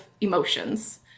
emotions